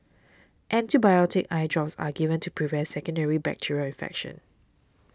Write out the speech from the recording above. antibiotic eye drops are given to prevent secondary bacterial infection